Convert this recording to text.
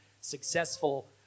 successful